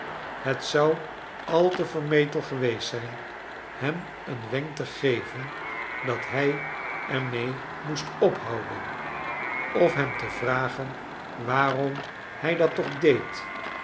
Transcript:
het zou al te vermetel geweest zijn hem een wenk te geven dat hij er mee moest ophouden of hem te vragen waarom hij dat toch deed